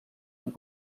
amb